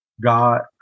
God